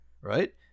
right